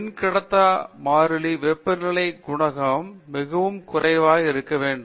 மின்கடத்தா மாறிலி வெப்பநிலைக் குணகம் மிகவும் குறைவாக இருக்க வேண்டும்